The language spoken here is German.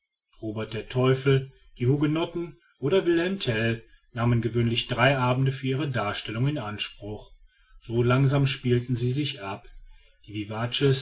robert der teufel die hugenotten oder wilhelm tell nahmen gewöhnlich drei abende für ihre darstellung in anspruch so langsam spielten sie sich ab die